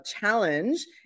challenge